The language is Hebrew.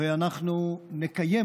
ואנחנו נקיים